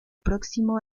próximo